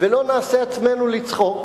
ולא נשים עצמנו לצחוק.